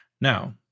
Now